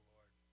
Lord